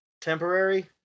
temporary